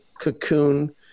cocoon